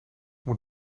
moet